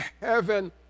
heaven